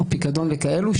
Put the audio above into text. פיקדון וכאלו,